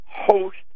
host